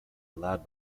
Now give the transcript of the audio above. allowed